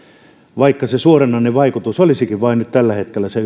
vaikka se suoranainen vaikutus olisikin nyt tällä hetkellä vain se